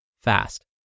fast